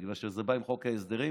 בגלל שזה בא עם חוק ההסדרים,